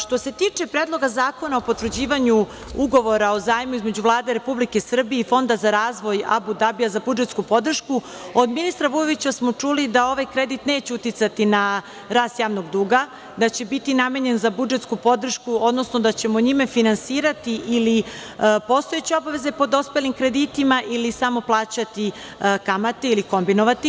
Što se tiče Predloga zakona o potvrđivanju ugovora o zajmu između Vlade Republike Srbije i Fonda za razvoj Abu Dabija, za budžetsku podršku, od ministra Vujovića smo čuli da ovaj kredit neće uticati na rast javnog duga, da će biti namenjen za budžetsku podršku, odnosno da ćemo njime finansirati ili postojeće obaveze po dospelim kreditima ili samo plaćati kamate ili kombinovati.